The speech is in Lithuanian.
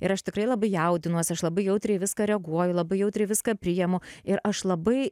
ir aš tikrai labai jaudinuosi aš labai jautriai į viską reaguoju labai jautriai viską priimu ir aš labai